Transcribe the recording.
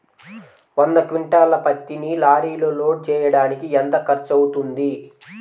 వంద క్వింటాళ్ల పత్తిని లారీలో లోడ్ చేయడానికి ఎంత ఖర్చవుతుంది?